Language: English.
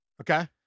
Okay